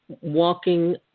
walking